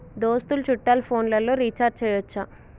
దోస్తులు చుట్టాలు ఫోన్లలో రీఛార్జి చేయచ్చా?